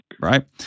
Right